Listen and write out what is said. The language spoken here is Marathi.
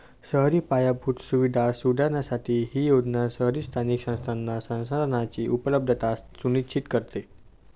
शहरी पायाभूत सुविधा सुधारण्यासाठी ही योजना शहरी स्थानिक संस्थांना संसाधनांची उपलब्धता सुनिश्चित करते